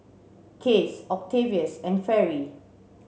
Case Octavius and Fairy